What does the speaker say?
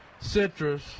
citrus